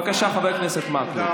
בבקשה, חבר הכנסת מקלב.